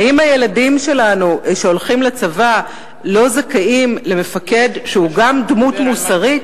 האם הילדים שלנו שהולכים לצבא לא זכאים למפקד שהוא גם דמות מוסרית?